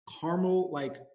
caramel-like